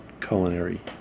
culinary